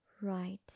right